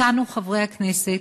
אותנו, חברי הכנסת,